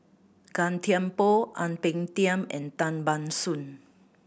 Gan Thiam Poh Ang Peng Tiam and Tan Ban Soon